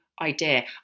idea